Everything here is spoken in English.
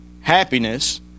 happiness